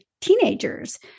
teenagers